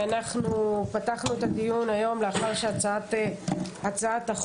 אנחנו פתחנו את הדיון היום לאחר שהצעת החוק